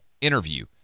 interview